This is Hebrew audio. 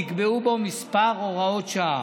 נקבעו בו כמה הוראות שעה.